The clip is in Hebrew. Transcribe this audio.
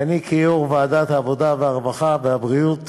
ואני כיושב-ראש ועדת העבודה, הרווחה והבריאות